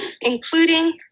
including